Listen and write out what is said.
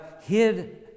hid